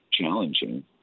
challenging